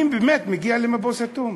אני באמת מגיע למבוי סתום.